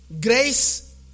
grace